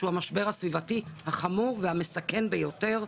שהוא המשבר הסביבתי החמור והמסכן ביותר,